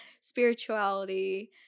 spirituality